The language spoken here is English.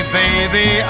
baby